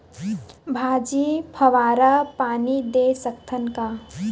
भाजी फवारा पानी दे सकथन का?